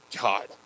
God